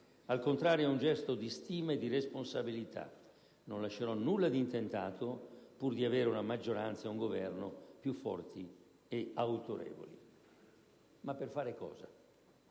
Al contrario, è un gesto di stima e di responsabilità: non lascerò nulla di intentato pur di avere una maggioranza e un Governo più forti e autorevoli. Ma per fare cosa?